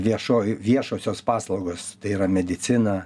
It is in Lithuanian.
viešoj viešosios paslaugos tai yra medicina